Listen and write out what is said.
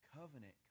covenant